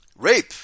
Rape